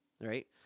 right